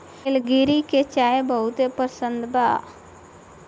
निलगिरी के चाय बहुते परसिद्ध बा